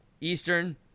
Eastern